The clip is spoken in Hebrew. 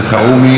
אחמד טיבי,